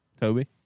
Toby